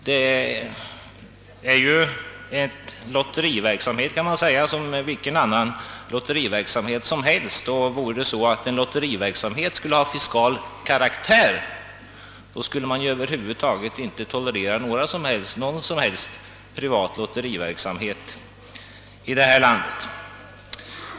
Det gäller ju en lotteriverksamhet som vilken annan som helst. Vore det så, att lotteriverksamhet hade fiskal karaktär, skulle man över huvud taget inte tolerera någon privat lotteriverksamhet i detta land.